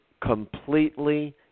completely